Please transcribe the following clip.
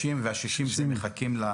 וה-60 מיליון שמחכים?